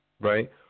right